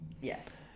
Yes